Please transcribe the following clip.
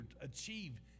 achieve